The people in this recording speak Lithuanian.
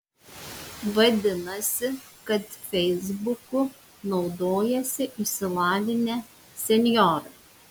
vadinasi kad feisbuku naudojasi išsilavinę senjorai